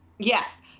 Yes